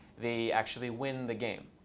they actually win the game.